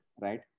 right